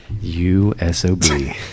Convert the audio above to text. U-S-O-B